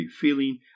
feeling